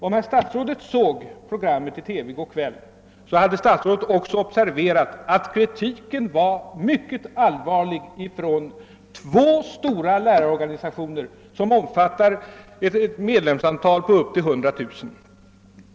Om herr statsrådet såg programmet i TV i går kväll hade statsrådet observerat att kritiken var mycket allvarlig från två stora lärarorganisationer som omfattar ett medlemsantal på upp till 100 000.